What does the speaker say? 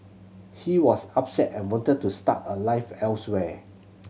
he was upset and wanted to start a life elsewhere